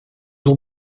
ont